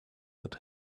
that